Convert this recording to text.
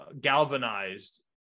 galvanized